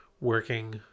working